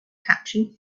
catching